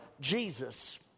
Jesus